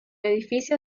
edificio